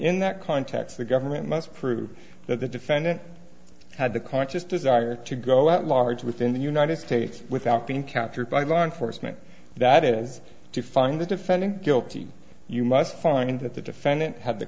in that context the government must prove that the defendant had the conscious desire to go at large within the united states without being captured by law enforcement that is to find the defendant guilty you must find that the defendant had the